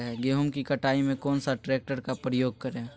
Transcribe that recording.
गेंहू की कटाई में कौन सा ट्रैक्टर का प्रयोग करें?